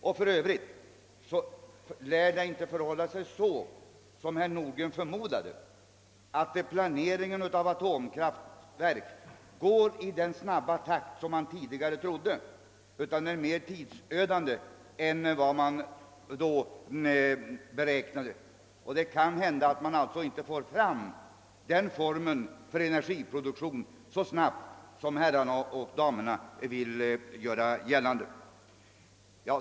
Och för övrigt lär det inte förhålla sig så, som herr Nordgren förmodade, att planeringen av atomkraftverk går i den snabba takt som man tidigare trodde, utan den är mer tidsödande än vad man räknat med. Det kan alltså hända att vi inte får fram den formen av energiproduktion så snabbt som damerna och herrarna vill göra gällande.